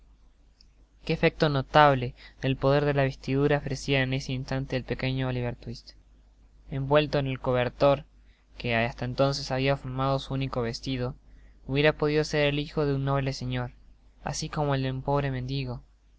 que efecto notable del poder de la vestidura ofrecia en este instante el pequeño oliverios twist envuelto en el cobertor que t content from google book search generated at hasta entonces habia formado su unico vestido hubiera podido ser el hijo de un noble señor asi como el de un pobre mendigo el